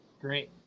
Great